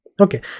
Okay